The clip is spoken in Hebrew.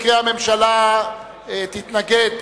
הממשלה תתנגד,